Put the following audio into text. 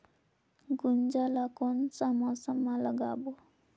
गुनजा ला कोन मौसम मा लगाबो?